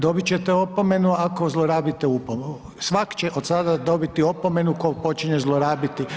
Dobit ćete opomenu ako zlorabite … [[ne razumije se]] svak će od sada dobiti opomenu tko počinje zlorabiti.